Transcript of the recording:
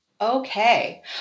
Okay